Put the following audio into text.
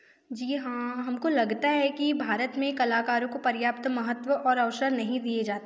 जी हाँ हम को लगता है कि भारत में कलाकारों को पर्याप्त महत्व और अवसर नहीं दिए जाते है